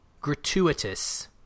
gratuitous